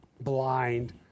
blind